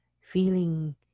feeling